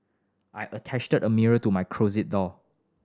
I attached a mirror to my closet door